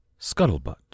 Scuttlebutt